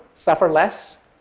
suffer less,